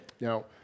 Now